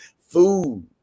food